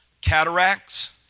cataracts